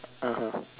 (uh huh)